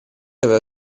aveva